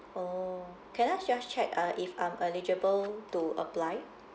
oh can I just check uh if I'm eligible to apply